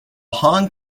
hong